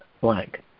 blank